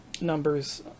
numbers